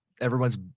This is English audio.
Everyone's